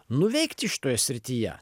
nuveikti šitoje srityje